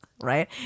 Right